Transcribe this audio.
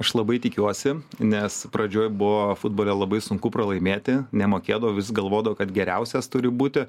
aš labai tikiuosi nes pradžioj buvo futbole labai sunku pralaimėti nemokėdavo vis galvodavau kad geriausias turi būti